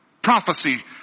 prophecy